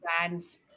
brands